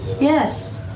Yes